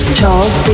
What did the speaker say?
Charles